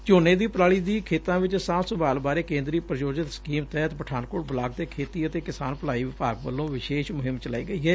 ਝੋਨੇ ਦੀ ਪਰਾਲੀ ਦੀ ਖੇਤਾਂ ਵਿਚ ਸਾਂਭ ਸੰਭਾਲ ਬਾਰੇ ਕੇਂਦਰੀ ਪੁਯੋਜਿਤ ਸਕੀਮ ਤਹਿਤ ਪਠਾਨਕੋਟ ਬਲਾਕ ਦੇ ਖੇਤੀ ਅਤੇ ਕਿਸਾਨ ਭਲਾਈ ਵਿਭਾਗ ਵਲੋਂ ਵਿਸ਼ੇਸ਼ ਮੁਹਿਮ ਚਲਾਈ ਗਈ ਏ